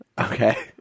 Okay